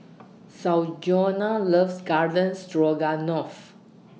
Sanjuana loves Garden Stroganoff